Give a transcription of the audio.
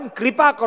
kripa